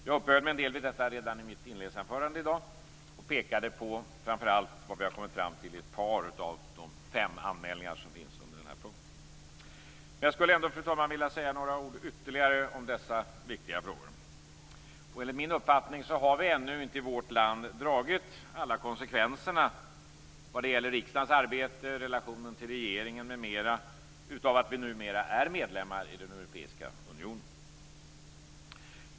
Jag uppehöll mig en del vid detta redan i mitt inledningsanförande i dag och pekade framför allt på det som vi har kommit fram till i ett par av de fem anmälningar som finns under den här punkten. Jag skulle ändå, fru talman, vilja säga några ord ytterligare om dessa viktiga frågor. Enligt min uppfattning har vi ännu inte i vårt land dragit alla konsekvenser vad gäller riksdagens arbete, relationen till regeringen m.m. av att vi nu är medlemmar i den europeiska unionen.